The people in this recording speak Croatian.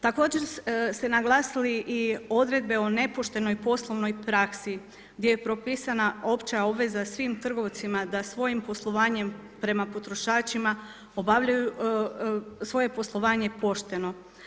Također ste naglasili i odredbe o nepoštenoj poslovnoj praksi gdje je propisana opća obveza svim trgovcima da svojim poslovanjem prema potrošačima obavljaju svoje poslovanje pošteno.